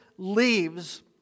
leaves